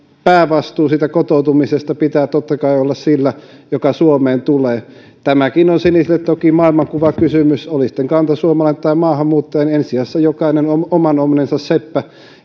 päävastuun kotoutumisesta pitää totta kai olla sillä joka suomeen tulee tämäkin on sinisille toki maailmankuvakysymys oli sitten kantasuomalainen tai maahanmuuttaja niin ensi sijassa jokainen on oman onnensa seppä